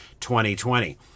2020